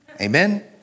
Amen